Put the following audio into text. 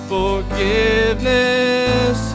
forgiveness